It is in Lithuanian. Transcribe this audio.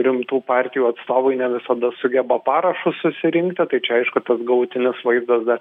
rimtų partijų atstovai ne visada sugeba parašus susirinkti tai čia aišku tas galutinis vaizdas dar